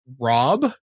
Rob